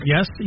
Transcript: Yes